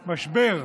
משבר,